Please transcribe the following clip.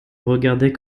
regardez